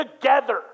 together